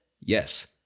Yes